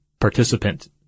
participant